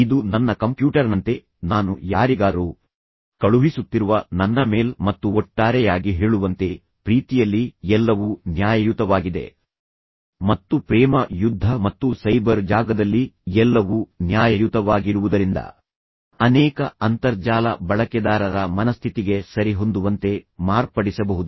ಇದು ನನ್ನ ಕಂಪ್ಯೂಟರ್ನಂತೆ ನಾನು ಯಾರಿಗಾದರೂ ಕಳುಹಿಸುತ್ತಿರುವ ನನ್ನ ಮೇಲ್ ಮತ್ತು ಒಟ್ಟಾರೆಯಾಗಿ ಹೇಳುವಂತೆ ಪ್ರೀತಿಯಲ್ಲಿ ಎಲ್ಲವೂ ನ್ಯಾಯಯುತವಾಗಿದೆ ಮತ್ತು ಪ್ರೇಮ ಯುದ್ಧ ಮತ್ತು ಸೈಬರ್ ಜಾಗದಲ್ಲಿ ಎಲ್ಲವೂ ನ್ಯಾಯಯುತವಾಗಿರುವುದರಿಂದ ಅನೇಕ ಅಂತರ್ಜಾಲ ಬಳಕೆದಾರರ ಮನಸ್ಥಿತಿಗೆ ಸರಿಹೊಂದುವಂತೆ ಮಾರ್ಪಡಿಸಬಹುದು